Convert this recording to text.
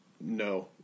No